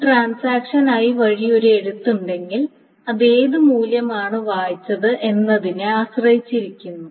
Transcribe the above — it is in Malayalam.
ഒരു ട്രാൻസാക്ഷൻ i വഴി ഒരു എഴുത്ത് ഉണ്ടെങ്കിൽ അത് ഏത് മൂല്യമാണ് വായിച്ചത് എന്നതിനെ ആശ്രയിച്ചിരിക്കുന്നു